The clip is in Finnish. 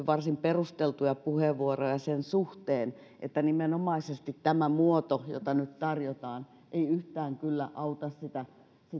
varsin perusteltuja puheenvuoroja sen suhteen että nimenomaisesti tämä muoto jota nyt tarjotaan ei yhtään kyllä auta sitä